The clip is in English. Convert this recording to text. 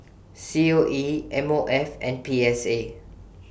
C O E M O F and P S A